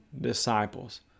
disciples